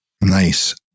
Nice